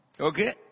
Okay